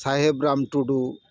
ᱥᱟᱦᱮᱵᱽ ᱨᱟᱢ ᱴᱩᱰᱩ